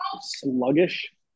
sluggish